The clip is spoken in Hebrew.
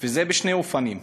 וזה בשני אופנים.